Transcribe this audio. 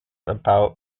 about